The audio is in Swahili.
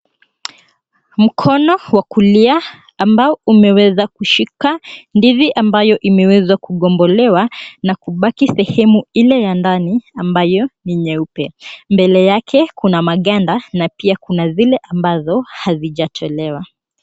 Mkono wa kulia ambao umeweza kushika ndizi ambayo imeweza kugombolewa na kubaki sehemu ile ya ndani ambayo ni nyeupe. Mbele yake kuna maganda na pia kuna zile ambazo hazijatolewa.